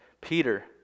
Peter